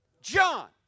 John